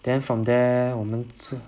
then from there 我们出